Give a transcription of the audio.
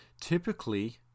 typically